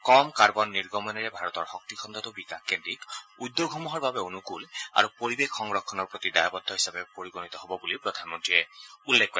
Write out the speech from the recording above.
কম carbon নিৰ্গমনেৰে ভাৰতৰ শক্তিখণ্ডটো বিকাশকেন্দ্ৰিক উদ্যোগসমূহৰ বাবে অনুকূল আৰু পৰিবেশ সংৰক্ষণৰ প্ৰতি দায়বদ্ধ হিচাপে পৰিগণিত হব বুলি প্ৰধানমন্ত্ৰীয়ে উল্লেখ কৰে